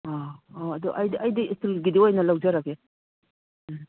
ꯑꯣ ꯑꯣ ꯑꯗꯨ ꯑꯩꯗꯤ ꯁ꯭ꯇꯤꯜꯒꯤꯗꯨ ꯑꯣꯏꯅ ꯂꯧꯖꯔꯒꯦ ꯎꯝ